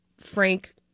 Frank